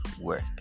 work